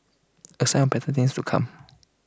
A sign of better things to come